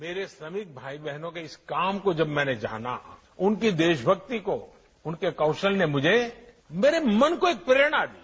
मेरे श्रमिक भाई बहनों के इस काम को जब मैंने जाना उनके देशभक्ति को उनके कौशल ने मुझे मेरे मन को एक प्रेरणा दी